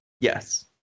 Yes